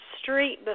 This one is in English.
street